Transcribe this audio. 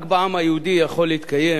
רק בעם היהודי יכול להתקיים